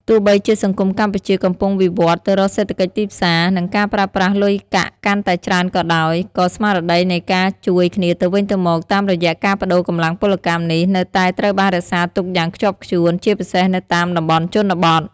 ទោះបីជាសង្គមកម្ពុជាកំពុងវិវត្តន៍ទៅរកសេដ្ឋកិច្ចទីផ្សារ និងការប្រើប្រាស់លុយកាក់កាន់តែច្រើនក៏ដោយ ក៏ស្មារតីនៃការជួយគ្នាទៅវិញទៅមកតាមរយៈការប្តូរកម្លាំងពលកម្មនេះនៅតែត្រូវបានរក្សាទុកយ៉ាងខ្ជាប់ខ្ជួន ជាពិសេសនៅតាមតំបន់ជនបទ។